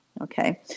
Okay